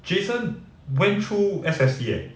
jason went through S_S_D leh